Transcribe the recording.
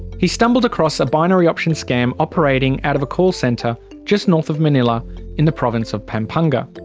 he stumbled across a binary option scam operating out of a call centre just north of manilla in the province of pampanga.